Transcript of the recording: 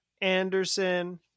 anderson